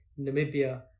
Namibia